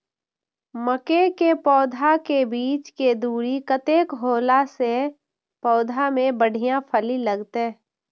मके के पौधा के बीच के दूरी कतेक होला से पौधा में बढ़िया फली लगते?